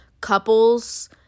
couples